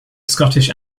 scottish